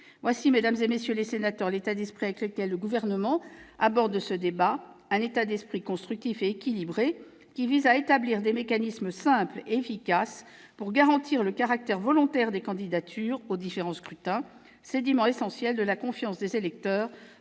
est, mesdames, messieurs les sénateurs, l'état d'esprit dans lequel le Gouvernement aborde ce débat, un état d'esprit constructif et équilibré, qui vise à établir des mécanismes simples et efficaces pour garantir le caractère volontaire des candidatures aux différents scrutins, sédiment essentiel de la confiance des électeurs